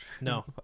no